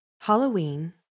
Halloween